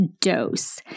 dose